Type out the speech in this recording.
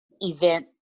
event